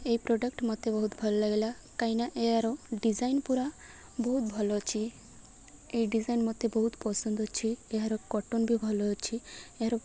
ଏ product ମୋତେ ବହୁତ ଭଲ ଲାଗିଲା କାହିଁକିନା ଏହାର ଡିଜାଇନ୍ ପୁରା ବହୁତ ଭଲ ଅଛି ଏ ଡିଜାଇନ୍ ମୋତେ ବହୁତ ପସନ୍ଦ ଅଛି ଏହାର କଟନ୍ ବି ଭଲ ଅଛି ଏହାର